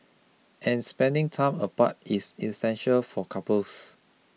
and spending time apart is essential for couples